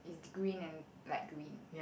green and light green